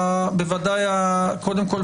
קודם כול,